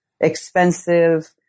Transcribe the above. expensive